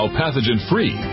pathogen-free